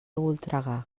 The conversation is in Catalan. voltregà